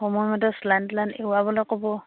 সময়মতে চেলাইন তেলাইন এৰোৱাবলৈ ক'ব